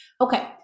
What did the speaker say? Okay